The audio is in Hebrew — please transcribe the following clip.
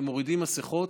ומורידים מסכות,